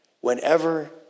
whenever